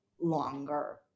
longer